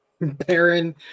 Baron